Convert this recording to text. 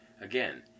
Again